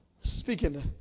Speaking